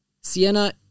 Sienna